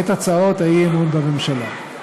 לדחות את הצעות האי-אמון בממשלה.